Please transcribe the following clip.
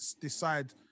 decide